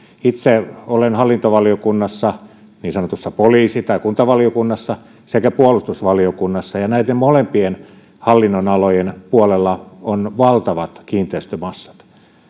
itse olen hallintovaliokunnassa niin sanotussa poliisi tai kuntavaliokunnassa sekä puolustusvaliokunnassa ja näiden molempien hallinnonalojen puolella on valtavat kiinteistömassat